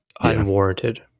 unwarranted